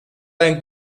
ein